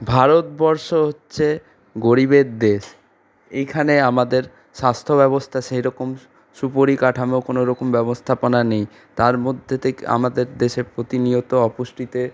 ভারতবর্ষ হচ্ছে গরীবের দেশ এইখানে আমাদের স্বাস্থ্য ব্যবস্থা সেইরকম সুপরিকাঠামো কোনো রকম ব্যবস্থাপনা নেই তার মধ্যে থেকে আমাদের দেশে প্রতিনিয়ত অপুষ্টিতে